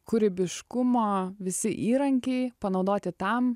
kūrybiškumo visi įrankiai panaudoti tam